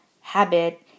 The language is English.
habit